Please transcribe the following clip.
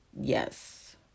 Yes